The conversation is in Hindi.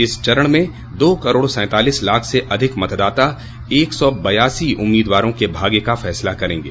इस चरण में दो करोड़ सैतालीस लाख से अधिक मतदाता एक सौ बयासी उम्मीदवारों के भाग्य का फैसला करेंगे